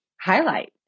highlight